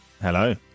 Hello